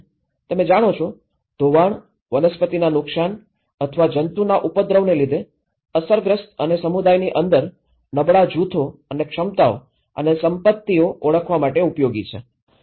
તમે જાણો છો ધોવાણ વનસ્પતિના નુકસાન અથવા જંતુના ઉપદ્રવને લીધે અસરગ્રસ્ત અને સમુદાયની અંદર નબળા જૂથો અને ક્ષમતાઓ અને સંપત્તિઓ ઓળખવા માટે ઉપયોગી છે